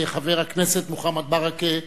חבר הכנסת מוחמד ברכה,